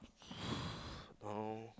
now